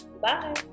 Bye